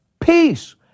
peace